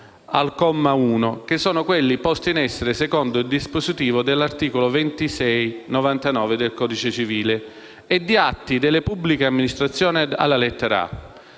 al comma 1, che sono quelli posti in essere secondo il dispositivo dell'articolo 2699 del codice civile, e di atti delle pubbliche amministrazioni alla lettera